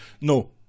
no